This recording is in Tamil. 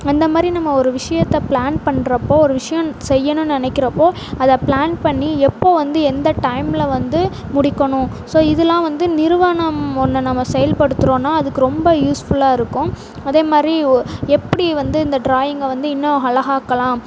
அந்த மாதிரி நம்ம ஒரு விஷியத்தை ப்ளான் பண்ணுறப்போ ஒரு விஷயம் செய்யணுன்னு நினைக்கிறப்போ அத ப்ளான் பண்ணி எப்போ வந்து எந்த டைமில் வந்து முடிக்கணும் ஸோ இதெலாம் வந்து நிறுவனம் ஒன்று நம்ம செயல்படுத்துறோன்னா அதுக்கு ரொம்ப யூஸ்ஃபுல்லாக இருக்கும் அதே மாதிரி ஓ எப்படி வந்து இந்த ட்ராயிங்கை வந்து இன்னும் அழகாக்கலாம்